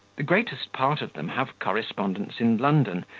the greatest part of them have correspondents in london,